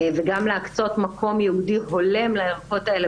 וגם להקצות מקום ייעודי הולם לערכות האלה